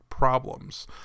problems